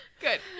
Good